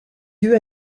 yeux